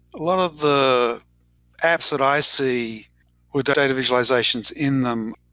a lot of the apps that i see with the data visualizations in them,